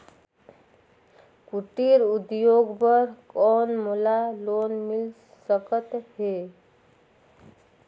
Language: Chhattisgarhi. कुटीर उद्योग बर कौन मोला लोन मिल सकत हे?